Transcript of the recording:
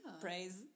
praise